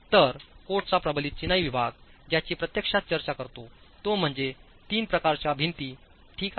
तर कोडचा प्रबलित चिनाई विभाग ज्याची प्रत्यक्षात चर्चा करतो तो म्हणजे 3 प्रकारच्या भिंती ठीक आहेत